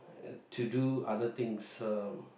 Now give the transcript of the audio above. to do other things uh